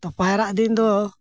ᱛᱚ ᱯᱟᱭᱨᱟᱜ ᱫᱤᱱ ᱫᱚ